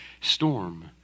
storm